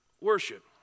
worship